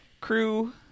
crew